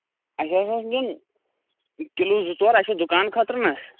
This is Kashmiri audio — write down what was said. اَسہِ ہَسا ٲس نیُن کِلوٗ زٕ ژور اَسہِ چھِ دُکان خٲطرٕ نہ